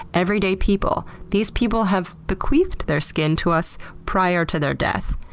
everyday people. these people have bequeathed their skin to us prior to their death.